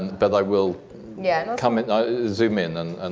but i will yeah and will come and zoom in. and and